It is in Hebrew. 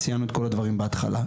ציינו את כל הדברים בהתחלה.